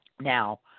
Now